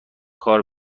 کار